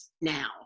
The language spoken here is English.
now